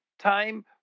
time